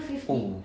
oh